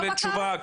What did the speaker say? כולל התשובה,